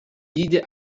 dydį